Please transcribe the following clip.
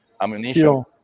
ammunition